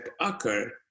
occur